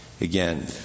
Again